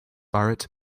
barrett